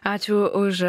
ačiū už